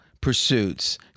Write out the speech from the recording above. pursuits